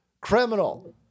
Criminal